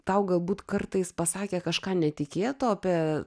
tau galbūt kartais pasakė kažką netikėto apie